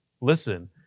listen